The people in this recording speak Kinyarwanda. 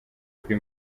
kuri